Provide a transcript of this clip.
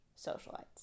socialites